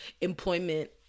employment